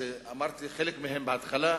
שאמרתי חלק מהם בהתחלה,